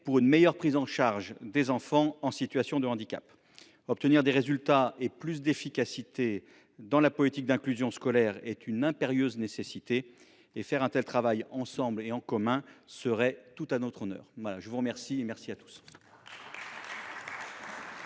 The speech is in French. pour une meilleure prise en charge des enfants en situation de handicap. Obtenir des résultats et plus d’efficacité dans la politique d’inclusion scolaire est une impérieuse nécessité, et réaliser un tel travail en commun serait tout à notre honneur. La parole est à M.